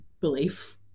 belief